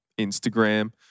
Instagram